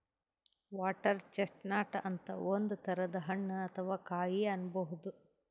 water chestnut ಅಂತ್ ಒಂದ್ ತರದ್ ಹಣ್ಣ್ ಅಥವಾ ಕಾಯಿ ಅನ್ಬಹುದ್